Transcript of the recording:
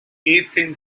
athyn